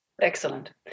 Excellent